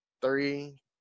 three